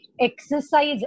exercise